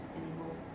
anymore